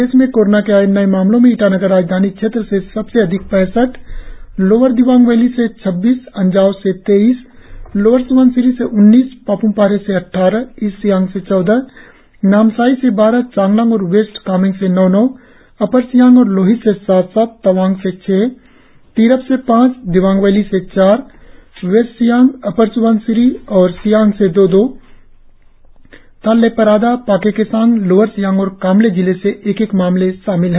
प्रदेश में कोरोना के आए नए मामलों में ईटानगर राजधानी क्षेत्र से सबसे अधिक पैसठ लोअर दिबांग वैली से छब्बीस अंजाव से तेईस लोअर स्बनसिरी से उन्नीस पाप्मपारे से अद्वारह ईस्ट सियांग से चौदह नामसाई से बारह चांगलांग और वेस्ट कामेंग से नौ नौ अपर सियांग और लोहित से सात सात तवांग से छह तिराप से पांच दिबांग वैली से चार वेस्ट सियांग अपर स्बनसिरी और सियांग से दो दो तथा लेपारादा पाक्के केसांग लोअर सियांग और कामले जिले से एक एक मामले शामिल हैं